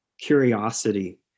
curiosity